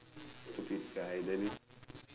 is like a stupid guy then then he is